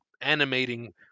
animating